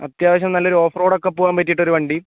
അത്യാവശ്യം നല്ലൊരു ഓഫ്റോഡ് ഒക്കെ പോകാൻ പറ്റിയിട്ടൊരു വണ്ടി